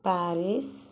Paris